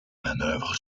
manœuvre